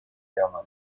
llamas